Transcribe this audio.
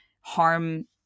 harm